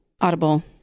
Audible